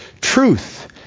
truth